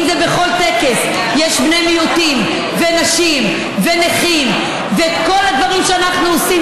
בכל טקס יש בני מיעוטים ונשים ונכים ואת כל הדברים שאנחנו עושים.